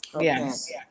Yes